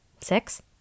six